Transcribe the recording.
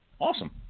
Awesome